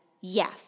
Yes